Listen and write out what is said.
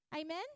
Amen